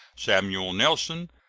samuel nelson,